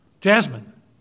Jasmine